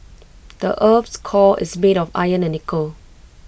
the Earth's core is made of iron and nickel